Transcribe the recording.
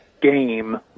game